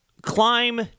Climb